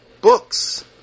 books